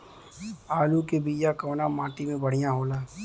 आलू के बिया कवना माटी मे बढ़ियां होला?